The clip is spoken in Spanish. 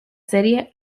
serie